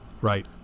right